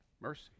mercy